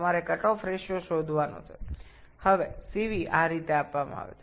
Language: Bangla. আপনাকে কাট অফ অনুপাত খুঁজে পেতে হবে